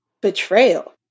betrayal